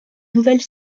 nouvelle